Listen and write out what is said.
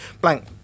blank